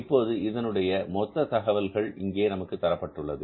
இப்போது இதனுடைய மொத்த தகவல்கள் இங்கே நமக்கு தரப்பட்டுள்ளது